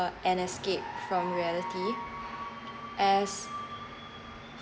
an escape from reality as